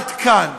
עד כאן.